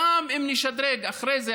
גם אם נשדרג אחרי זה,